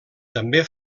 també